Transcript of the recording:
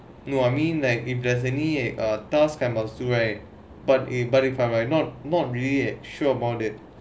no I mean like if there's any uh task can assure right but if but if I'm like not not really sure about it